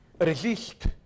resist